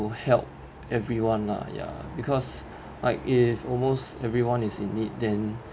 to help everyone lah ya because like if almost everyone is in need then